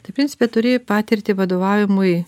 tai principe turi patirtį vadovavimui